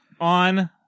on